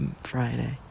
Friday